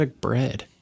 bread